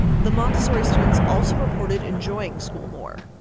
the montessori students also reported enjoying school more.